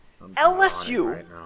LSU